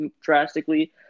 drastically